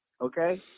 okay